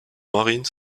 marines